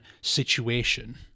situation